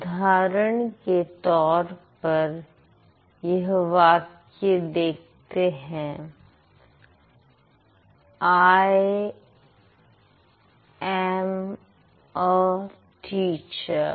उदाहरण के तौर पर यह वाक्य देखते हैं आय एम अ टीचर